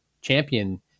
champion